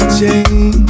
change